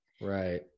Right